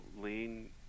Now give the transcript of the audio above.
lean